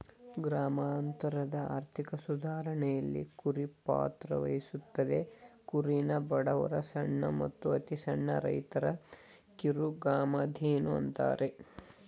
ಗ್ರಾಮಾಂತರದ ಆರ್ಥಿಕ ಸುಧಾರಣೆಲಿ ಕುರಿ ಪಾತ್ರವಹಿಸ್ತದೆ ಕುರಿನ ಬಡವರ ಸಣ್ಣ ಮತ್ತು ಅತಿಸಣ್ಣ ರೈತರ ಕಿರುಕಾಮಧೇನು ಅಂತಾರೆ